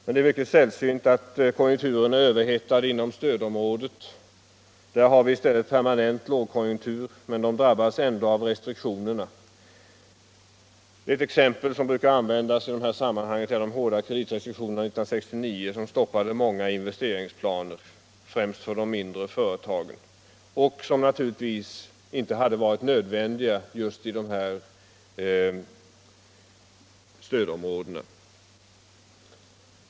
Men det är mycket sällsynt att konjunkturen är överhettad inom stödområdet. Där har vi i stället en permanent lågkonjunktur, men företagen inom området drabbas ändå av restrik tionerna. Ett exempel som brukar användas i det här sammanhanget är de hårda kreditrestriktionerna 1969 som stoppade många investeringsplaner, främst för de mindre företagen, och som naturligtvis inte hade varit nödvändiga just i stödområdet.